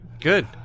Good